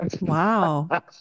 wow